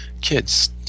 kids